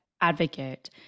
advocate